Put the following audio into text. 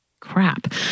crap